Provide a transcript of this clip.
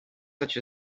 such